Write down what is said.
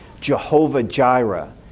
Jehovah-Jireh